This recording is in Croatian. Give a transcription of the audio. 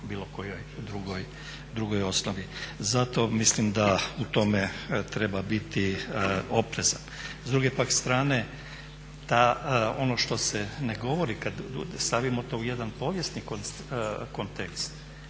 bilo kojoj drugoj osnovi. Zato mislim da u tome treba biti oprezan. S druge pak strane ono što se ne govori kad stavimo to u jedan povijesni kontekst